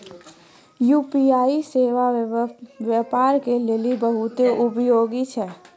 UPI सेबा व्यापारो के लेली बहुते उपयोगी छै